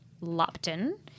Lupton